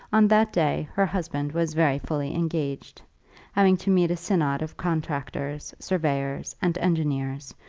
on that day her husband was very fully engaged having to meet a synod of contractors, surveyors, and engineers,